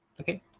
Okay